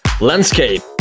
Landscape